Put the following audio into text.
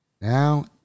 Now